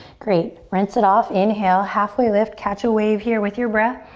great, rinse it off. inhale, halfway lift. catch a wave here with your breath.